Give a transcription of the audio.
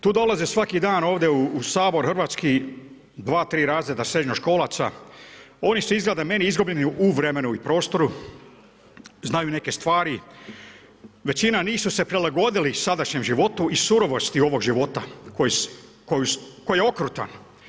Tu dolaze svaki dan ovdje u Sabor hrvatski, 2, 3 razreda srednjoškolaca, oni su izgleda meni, izgubljeni u vremenu i prostoru, znaju neke stvari, većina nisu se prilagoditi sadašnjem životu i surovosti ovoga života, koji je okrutan.